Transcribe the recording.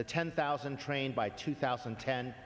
the ten thousand trained by two thousand